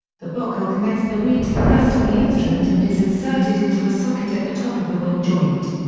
the bocal connects the reed to the rest of the instrument and is inserted into a socket at the top of the wing joint.